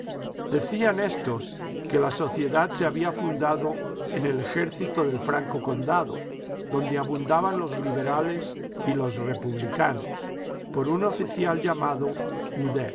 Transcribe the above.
decían éstos que la sociedad se había fundado en el ejército del franco condado donde abundaban los liberales y los republicanos por un oficial llamado